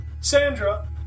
Sandra